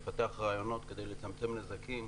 לפתח רעיונות כדי לצמצם נזקים,